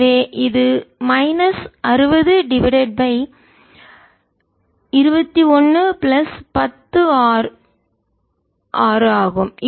எனவே இது minus 60 divided by 21 plus 10R ஆகும்